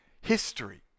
history